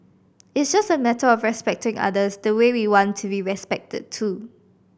it's just a matter of respecting others the way we want to be respected too